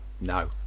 No